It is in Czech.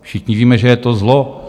Všichni víme, že je to zlo.